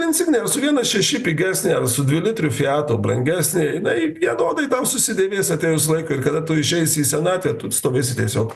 insignija ir su vienas šeši pigesnė ar su dvilitriu fijato brangesnė jinai vienodai tau susidėvės atėjus laikui ir kada tu išeisi į sentavę tu stovėsi tiesiog